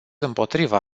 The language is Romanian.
împotriva